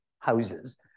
Houses